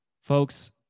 Folks